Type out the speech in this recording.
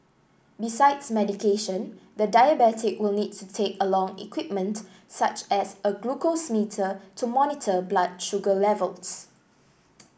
besides medication the diabetic will need to take along equipment such as a glucose meter to monitor blood sugar levels